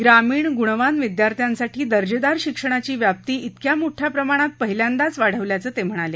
ग्रामीण गुणवान विद्यार्थ्यांसाठी दर्जेदार शिक्षणाची व्याप्ती तिक्या मोठ्या प्रमाणात पहिल्यांदाच वाढवल्याचं ते म्हणाले